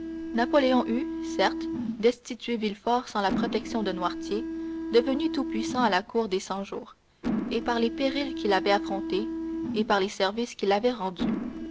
napoléon eût certes destitué villefort sans la protection de noirtier devenu tout-puissant à la cour des cent-jours et par les périls qu'il avait affrontés et par les services qu'il avait rendus